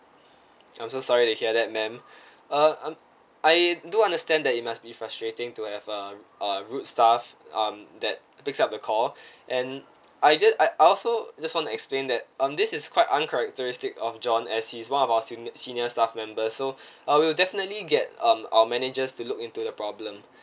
I'm so sorry to hear that ma'am uh I do understand that it must be frustrating to have um uh rude staff um that picks up the call and I just I I also just want to explain that um this is quite uncharacteristic of john as he's one of our senior staff members so uh we'll definitely get um our managers to look into the problem